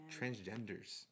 transgenders